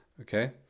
Okay